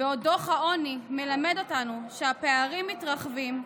בעוד דוח העוני מלמד אותנו שהפערים מתרחבים,